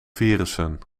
virussen